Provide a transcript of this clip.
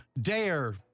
DARE